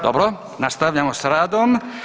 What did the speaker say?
Dobro, nastavljamo sa radom.